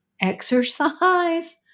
exercise